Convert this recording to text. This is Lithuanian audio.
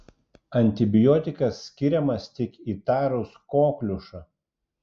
antibiotikas skiriamas tik įtarus kokliušą